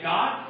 God